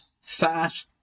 fat